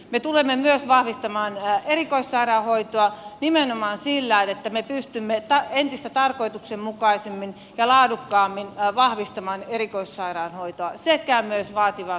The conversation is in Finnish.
me tulemme myös vahvistamaan erikoissairaanhoitoa nimenomaan sillä että me pystymme entistä tarkoituksenmukaisemmin ja laadukkaammin vahvistamaan erikoissairaanhoitoa sekä myös vaativaa sosiaalipalvelua